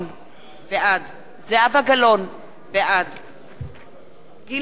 בעד זהבה גלאון, בעד גילה גמליאל,